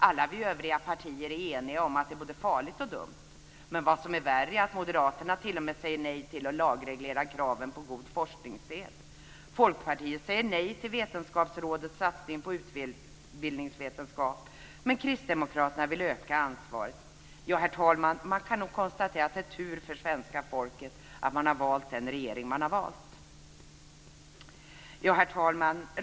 Alla vi övriga partier är eniga om att det är både farligt och dumt. Vad som är värre är att Moderaterna t.o.m. säger nej till att lagreglera kraven på god forskningssed. Folkpartiet säger nej till Vetenskapsrådets satsning på utbildningsvetenskap, medan Kristdemokraterna vill öka anslaget. Herr talman! Man kan nog konstatera att det är tur för svenska folket att det har valt den regering det har valt. Herr talman!